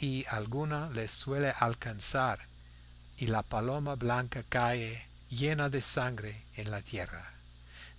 y alguna les suele alcanzar y la paloma blanca cae llena de sangre en la tierra